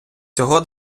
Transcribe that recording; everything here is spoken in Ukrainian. цього